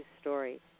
Story